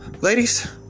ladies